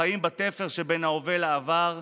החיים בתפר שבין ההווה לעבר,